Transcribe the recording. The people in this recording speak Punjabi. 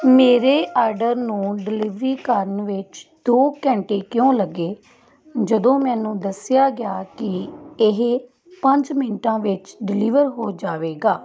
ਮੇਰੇ ਆਰਡਰ ਨੂੰ ਡਿਲੀਵਰੀ ਕਰਨ ਵਿੱਚ ਦੋ ਘੰਟੇ ਕਿਉਂ ਲੱਗੇ ਜਦੋਂ ਮੈਨੂੰ ਦੱਸਿਆ ਗਿਆ ਕਿ ਇਹ ਪੰਜ ਮਿੰਟਾਂ ਵਿੱਚ ਡਿਲੀਵਰ ਹੋ ਜਾਵੇਗਾ